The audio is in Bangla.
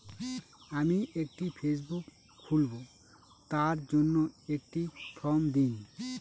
আমি একটি ফেসবুক খুলব তার জন্য একটি ফ্রম দিন?